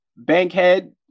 Bankhead